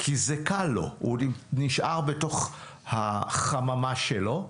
כי זה קל לו, הוא נשאר בתוך החממה שלו.